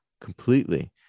completely